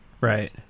right